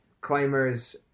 climbers